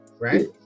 right